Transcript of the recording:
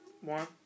One